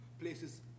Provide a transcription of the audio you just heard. places